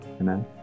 Amen